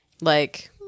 Like-